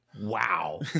Wow